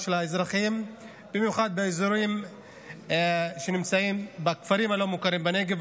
במיוחד באזורים שנמצאים בכפרים הלא-מוכרים בנגב.